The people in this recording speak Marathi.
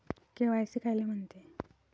के.वाय.सी कायले म्हनते?